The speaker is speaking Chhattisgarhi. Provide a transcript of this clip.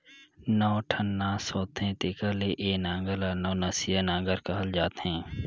नौ ठन नास होथे तेकर ले ए नांगर ल नवनसिया नागर कहल जाथे